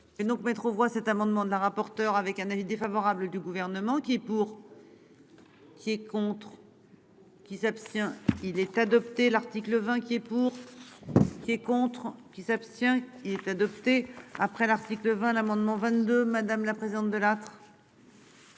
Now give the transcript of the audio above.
Et donc mettre aux voix cet amendement de la rapporteure avec un avis défavorable du gouvernement qui est pour. Qui est contre. Qui s'abstient. Il est adopté l'article 20 qui est pour. Ce qui est contre qui s'abstient il est adopté après l'article 20 l'amendement 22, madame la présidente Delattre.